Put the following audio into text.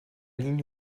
ligne